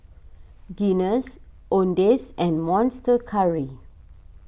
Guinness Owndays and Monster Curry